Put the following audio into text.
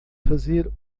fazer